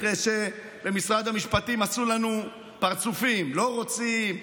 אחרי שבמשרד המשפטים עשו לנו פרצופים: לא רוצים,